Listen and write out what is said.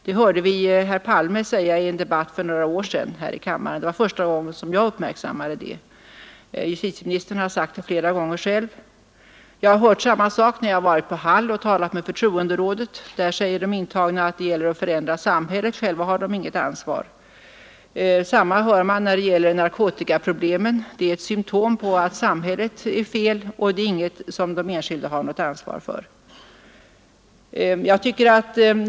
Det hörde vi herr Palme säga i en debatt för några år sedan i riksdagen — det var första gången som jag uppmärksammade detta. Justitieministern har sagt det flera gånger själv. Jag har hört samma sak när jag varit på Hall och talat med förtroenderådet. Där säger de intagna att det gäller att förändra samhället — själva har de inget ansvar. Detsamma hör man när det gäller narkotikaproblemen — de är ett symtom på att det är fel på samhället och inget som de enskilda har något ansvar för.